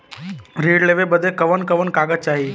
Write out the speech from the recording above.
ऋण लेवे बदे कवन कवन कागज चाही?